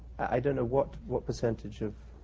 i don't know what what percentage ah